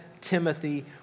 Timothy